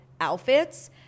outfits